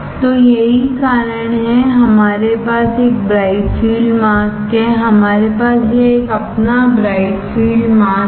तो यही कारण है कि हमारे पास एक ब्राइट फील्ड मास्क है हमारे पास यह एक अपना ब्राइट फील्ड मास्क है